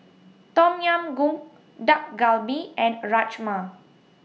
Tom Yam Goong Dak Galbi and Rajma